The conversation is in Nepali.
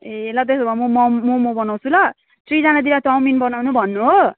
ए ल त्यसो भए म मोमो मोमो बनाउँछु ल सृजना दिदीलाई चाउमिन बनाउनु भन्नु हो